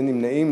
אין נמנעים.